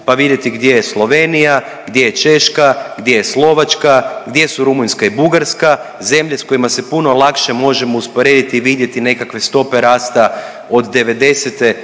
pa vidjeti gdje je Slovenija, gdje je Češka, gdje je Slovačka, gdje su Rumunjska i Bugarska, zemlje sa kojima se puno lakše možemo usporediti i vidjeti nekakve stope rasta od